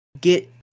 get